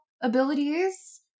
abilities